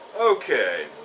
Okay